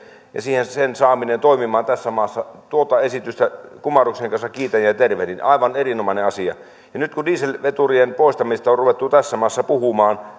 ja sen saamisen toimimaan tässä maassa tuota esitystä kumarruksen kanssa kiitän ja ja tervehdin aivan erinomainen asia ja nyt kun dieselveturien poistamisesta on ruvettu tässä maassa puhumaan